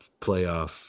playoff